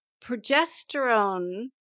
progesterone